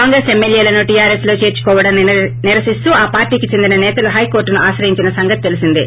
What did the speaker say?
కాంగ్రెస్ ఎమ్మెల్యేలను టీఆర్ఎస్లో చేర్చుకోవడాన్ని నిరసిస్తూ ఆ పార్టీకి చెందిన సేతలు హైకోర్టును ఆశ్రయించిన సంగతి తెలిసిందే